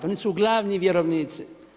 One su glavni vjerovnici.